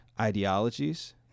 ideologies